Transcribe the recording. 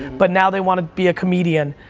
but now they wanna be a comedian.